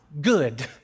good